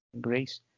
grace